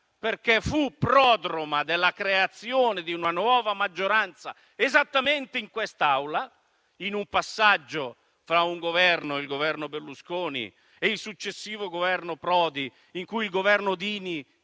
perché fu prodromica alla creazione di una nuova maggioranza esattamente in quest'Aula, in un passaggio fra il governo Berlusconi e il successivo governo Prodi, in cui il governo Dini,